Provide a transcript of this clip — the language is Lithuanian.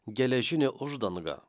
geležinė uždanga